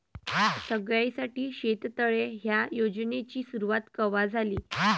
सगळ्याइसाठी शेततळे ह्या योजनेची सुरुवात कवा झाली?